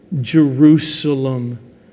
Jerusalem